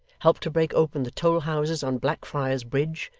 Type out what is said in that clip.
helped to break open the toll-houses on blackfriars bridge,